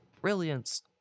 brilliance